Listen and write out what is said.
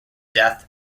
death